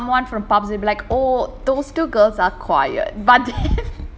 ya like if you ask someone from they will be like oh those two girls are quiet but then